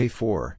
four